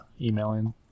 emailing